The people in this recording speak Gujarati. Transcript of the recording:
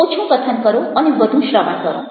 ઓછું કથન કરો અને વધુ શ્રવણ કરો